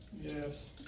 yes